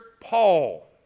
Paul